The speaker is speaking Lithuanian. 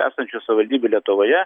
esančių savivaldybių lietuvoje